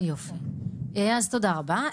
יופי, אז תודה רבה.